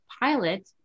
pilot